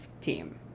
team